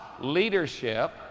leadership